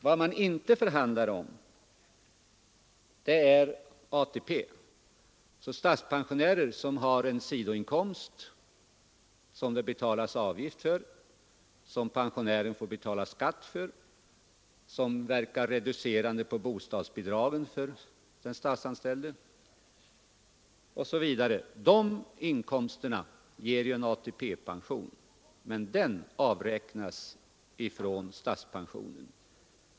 Vad man inte förhandlar om är ATP. Om en statspensionär har sidoinkomster, som det betalas avgift för, som pensionären får betala skatt för, som verkar reducerande på bostadsbidraget för den statsanställde osv., ger dessa sidoinkomster ATP-pension, men den avräknas från statspensionen.